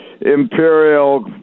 imperial